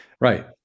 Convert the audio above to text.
Right